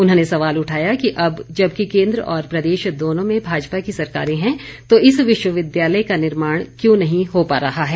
उन्होंने सवाल उठाया कि अब जबकि केंद्र और प्रदेश दोनो में भाजपा की सरकारें हैं तो इस विश्वविद्यालय का निर्माण क्यूं नहीं हो पा रहा है